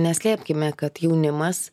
neslėpkime kad jaunimas